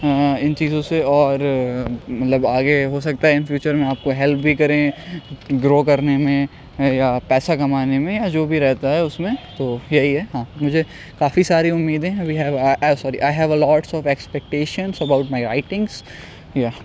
ان چیزوں سے اور مطلب آگے ہو سکتا ہے ان فیوچر میں آپ کو ہیلپ بھی کریں گرو کرنے میں یا پیسہ کمانے میں یا جو بھی رہتا ہے اس میں تو یہی ہے ہاں مجھے کافی ساری امیدیں ابھی ہے